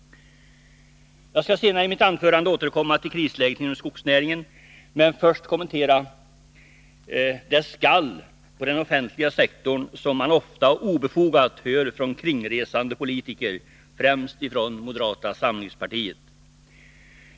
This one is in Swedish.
Jag skall senare i mitt anförande återkomma till krisläget inom skogsnäringen men först kommentera det skall på den offentliga sektorn som man ofta och obefogat hör från kringresande politiker, främst från moderata samlingspartiet.